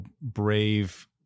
Brave